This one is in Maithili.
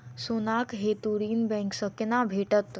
सोनाक हेतु ऋण बैंक सँ केना भेटत?